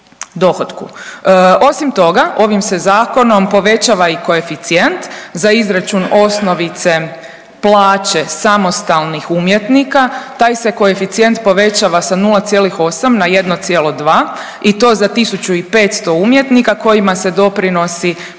Osim toga, ovim se zakonom povećava i koeficijent za izračun osnovice plaće samostalnih umjetnika. Taj se koeficijent povećava sa 0,8 na 1,2 i to za 1.500 umjetnika kojima se doprinosi